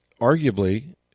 arguably